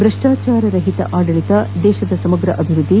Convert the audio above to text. ಭ್ರಷ್ಟಚಾರ ರಹಿತ ಆಡಳಿತ ದೇಶದ ಸಮಗ್ರ ಅಭಿವೃದ್ಧಿ